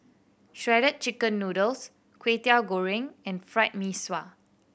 Shredded Chicken Noodles Kway Teow Goreng and Fried Mee Sua